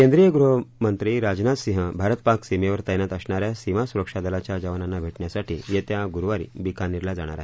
केंद्रीय गुहमंत्री राजनाथ सिंह भारत पाक सीमारेषेवर तत्तित असणाऱ्या सीमा सुरक्षा दलाच्या जवानांना भेटण्यासाठी येत्या गुरुवारी बिकानेरला जाणार आहे